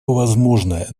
возможное